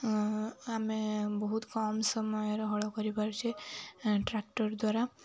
ଆମେ ବହୁତ କମ୍ ସମୟରେ ହଳ କରିପାରୁଛେ ଟ୍ରାକ୍ଟର୍ ଦ୍ୱାରା